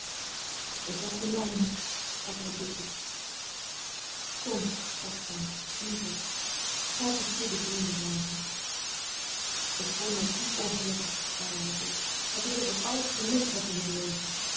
ik heb de mijne sprak hij bitter kom sprak zij liever laat ons goede vrienden blijven ik voel mij diep ongelukkig zeide hij dof het is of ik alles gemist heb in mijn leven